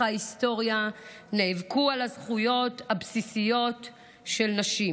ההיסטוריה נאבקו על הזכויות הבסיסיות של נשים.